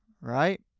right